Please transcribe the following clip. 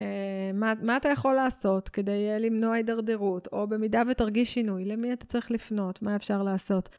מה אתה יכול לעשות כדי למנוע הידרדרות? או במידה ותרגיש שינוי, למי אתה צריך לפנות? מה אפשר לעשות?